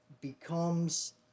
becomes